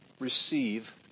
receive